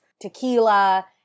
tequila